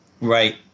Right